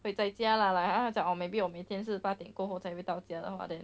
会在家 lah like 他讲 or maybe 我明天是八点过后才会到家的话 then